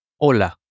Hola